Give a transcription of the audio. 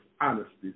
honesty